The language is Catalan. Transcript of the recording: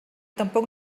tampoc